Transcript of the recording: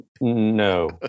No